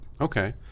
Okay